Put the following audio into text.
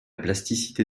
plasticité